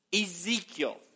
Ezekiel